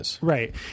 Right